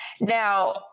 Now